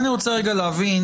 אני רוצה להבין,